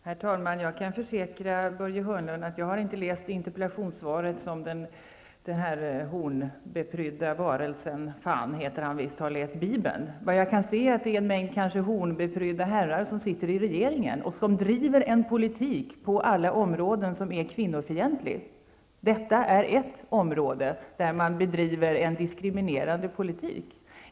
Herr talman! Jag kan försäkra Börje Hörnlund om att jag inte har läst interpellationssvaret som den där hornprydda varelsen -- Fan heter han visst -- har läst Bibeln. Vad jag kan se är att det är en mängd kanske hornprydda herrar som sitter i regeringen och som på alla områden driver en politik som är kvinnofientlig. Detta är ett område där man bedriver en diskriminerande politik.